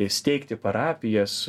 steigti parapijas